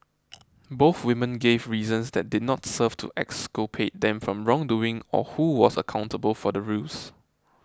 both women gave reasons that did not serve to exculpate them from wrongdoing or who was accountable for the ruse